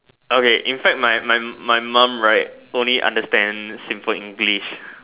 okay in fact my my my mom right only understand simple English